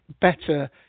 better